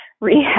rehab